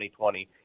2020